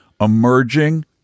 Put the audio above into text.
emerging